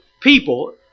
people